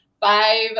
Five